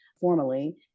formally